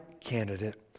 candidate